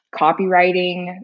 copywriting